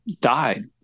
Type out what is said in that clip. died